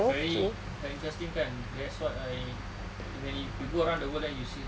very interesting kan that's what I when if you go around the world then you see lah